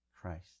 Christ